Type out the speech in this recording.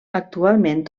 actualment